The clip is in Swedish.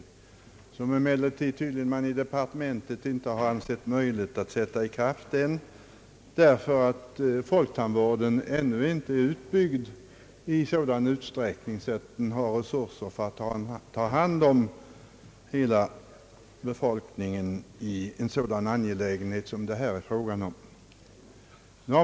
I departementet har man emellertid tydligen inte ansett det möjligt att redan nu sätta i kraft ett beslut om en försäkring av detta slag med hänsyn till att folktandvården ännu inte är utbyggd i sådan utsträckning, att den har resurser för att ta hand om hela befolkningen i den angelägenhet som det här är fråga om.